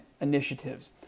initiatives